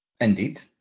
Indeed